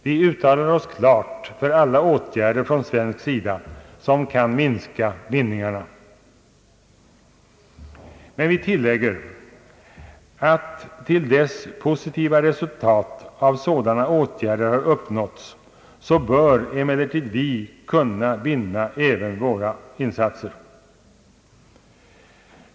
Vi uttalar oss klart för alla åtgärder från svensk sida som kan minska bindningarna, men vi tillägger att tills positiva resultat av sådana åtgärder har uppnåtts bör vi emellertid kunna binda även våra insatser.